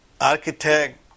architect